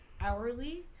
hourly